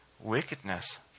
wickedness